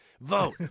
vote